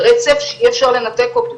זה רצף שאי אפשר לנתק אותו.